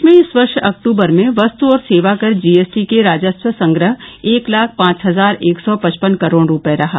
देश में इस वर्ष अक्टूबर में वस्तु और सेवा कर जीएसटी से राजस्व संग्रह एक लाख पांच हजार एक सौ पचपन करोड़ रुपये रहा